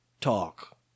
talk